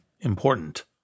Important